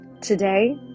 Today